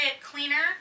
cleaner